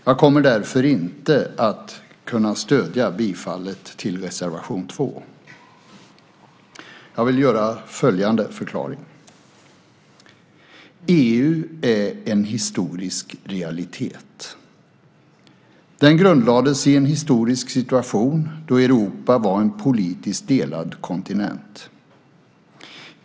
Jag kommer därför inte att kunna stödja bifallet till reservation 2. Jag vill göra följande förklaring. EU är en historisk realitet. Det grundlades i en historisk situation då Europa var en politiskt delad kontinent.